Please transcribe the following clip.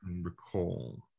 recall